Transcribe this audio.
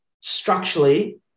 structurally